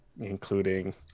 including